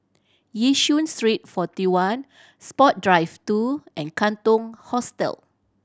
Yishun Street Forty One Sport Drive two and Katong Hostel